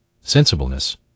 Sensibleness